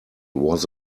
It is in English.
was